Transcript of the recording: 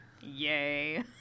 Yay